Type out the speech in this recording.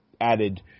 added